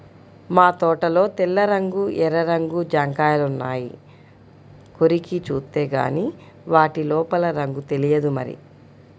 మా తోటలో తెల్ల రంగు, ఎర్ర రంగు జాంకాయలున్నాయి, కొరికి జూత్తేగానీ వాటి లోపల రంగు తెలియదు మరి